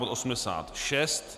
86.